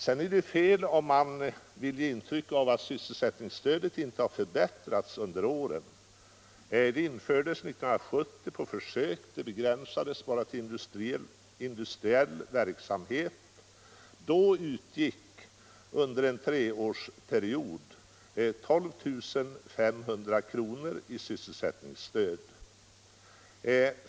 Sedan är det fel att försöka ge intryck av att sysselsättningsstödet inte har förbättrats under åren. Det infördes 1970 på försök, och det begränsades till industriell verksamhet. Då utgick under en treårsperiod 12 500 kr. i sysselsättningsstöd.